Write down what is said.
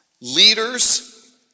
leaders